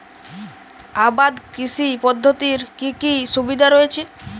আবাদ কৃষি পদ্ধতির কি কি সুবিধা রয়েছে?